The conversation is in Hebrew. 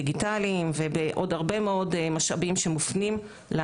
בכמה דרכים ולא רק אחת נגד השנייה למשל,